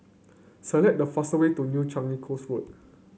select the fastest way to New Changi Coast Road